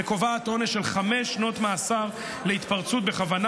וקובעת עונש של חמש שנות מאסר על התפרצות בכוונה